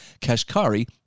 Kashkari